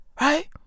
right